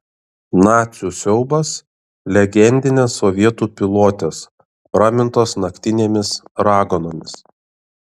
nacių siaubas legendinės sovietų pilotės pramintos naktinėmis raganomis